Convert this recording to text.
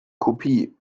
kopie